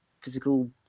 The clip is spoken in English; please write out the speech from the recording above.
physical